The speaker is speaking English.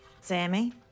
Sammy